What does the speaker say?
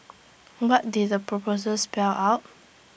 what did the proposal spell out